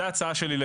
זאת ההצעה שלי.